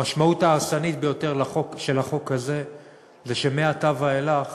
המשמעות ההרסנית ביותר של החוק הזה היא שמעתה ואילך